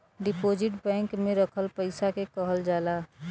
deposit bank में रखल पइसा के कहल जाला